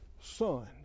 Son